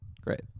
Great